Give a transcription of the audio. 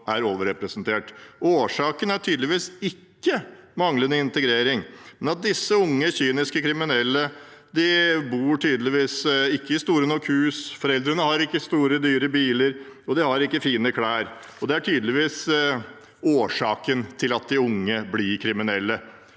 er overrepresentert. Årsaken er tydeligvis ikke manglende integrering, men at disse unge, kyniske kriminelle tydeligvis ikke bor i store nok hus, at foreldrene ikke har store, dyre biler, og at de ikke har fine klær. Det er tydeligvis årsaken til at de unge blir kriminelle.